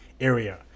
area